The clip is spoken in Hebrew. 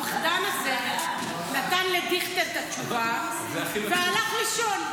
הפחדן הזה נתן לדיכטר את התשובה והלך לישון.